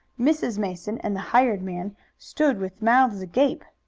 mrs. mason and the hired man stood with mouths agape.